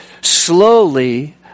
slowly